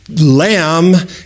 lamb